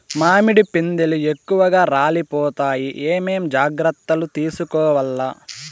మామిడి పిందెలు ఎక్కువగా రాలిపోతాయి ఏమేం జాగ్రత్తలు తీసుకోవల్ల?